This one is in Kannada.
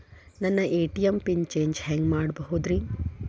ನನ್ನ ಎ.ಟಿ.ಎಂ ಪಿನ್ ಚೇಂಜ್ ಹೆಂಗ್ ಮಾಡೋದ್ರಿ?